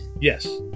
Yes